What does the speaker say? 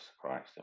Christ